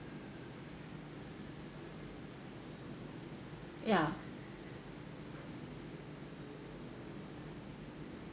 ya